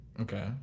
Okay